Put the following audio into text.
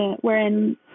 wherein